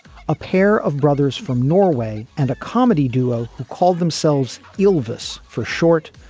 a pair of brothers from norway and a comedy duo called themselves elvis for short,